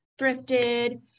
thrifted